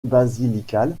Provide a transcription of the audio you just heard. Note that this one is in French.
basilical